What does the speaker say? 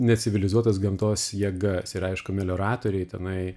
necivilizuotas gamtos jėgas ir aišku melioratoriai tenai